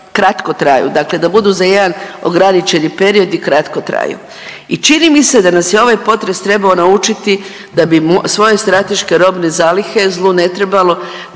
kratko traju, dakle da budu za jedan ograničeni period i kratko traju. I čini mi se da nas je ovaj potres trebao naučiti da bi svoje strateške robne zalihe zlu ne trebalo,